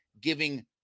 giving